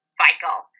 cycle